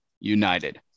united